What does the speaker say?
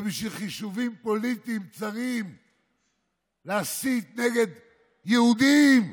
ובשביל חישובים פוליטיים צרים להסית נגד יהודים.